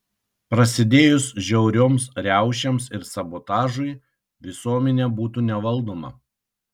prasidėjus žiaurioms riaušėms ir sabotažui visuomenė būtų nevaldoma